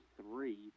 three